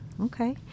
Okay